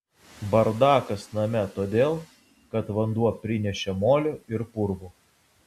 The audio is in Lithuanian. bardakas name todėl kad vanduo prinešė molio ir purvo